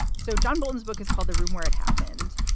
so john bolton's book is called the room where it happens.